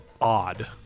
odd